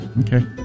Okay